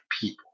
people